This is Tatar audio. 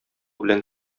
белән